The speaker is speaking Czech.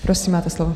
Prosím, máte slovo.